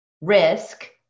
risk